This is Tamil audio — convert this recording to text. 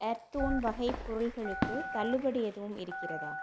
எர்த்ஒன் வகை பொருள்களுக்கு தள்ளுபடி எதுவும் இருக்கிறதா